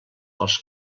els